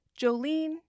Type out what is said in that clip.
Jolene